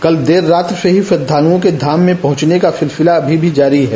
कल देर रात्रि से ही श्रधालुओं के धाम मे पहुँचने का सिलसिला अभी भी जारी है